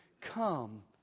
Come